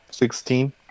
Sixteen